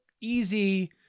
easy